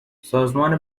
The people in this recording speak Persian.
سازمان